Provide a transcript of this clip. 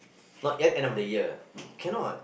not yet end of the year cannot